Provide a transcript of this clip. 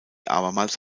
abermals